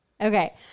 okay